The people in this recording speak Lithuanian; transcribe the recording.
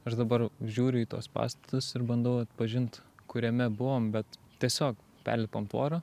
aš dabar žiūriu į tuos pastatus ir bandau atpažint kuriame buvom bet tiesiog perlipom tvorą